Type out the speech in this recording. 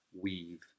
weave